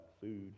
food